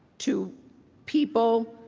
to people